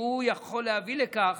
והוא יכול להביא לכך